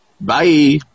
Bye